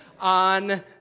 on